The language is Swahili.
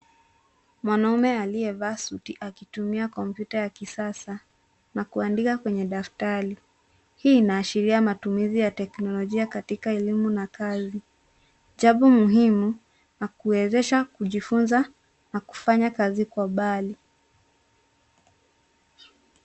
Mwanaume aliyevaa suti akitumia kompyuta ya kisasa na kuandika kwenye daftari. Hii inaashiria matumizi ya teknolojia katika elimu na kazi, jambo muhimu na kuwezesha kujifunza na kufanya kazi kwa mbali.